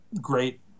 great